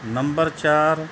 number ਚਾਰ